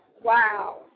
Wow